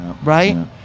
Right